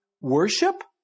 worship